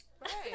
Right